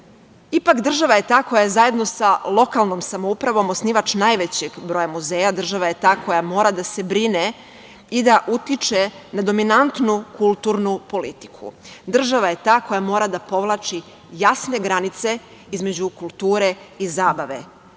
država je ta koja zajedno sa lokalnom samoupravom je osnivač najvećeg broja muzeja. Država je ta koja mora da se brine i da utiče na dominantnu kulturnu politiku. Država je ta koja mora da povlači jasne granice između kulture i zabave.